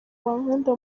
bankunda